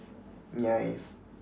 yes